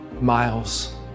miles